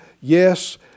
yes